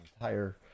entire